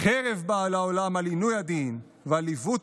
"חרב באה לעולם על עינוי הדין ועל עיוות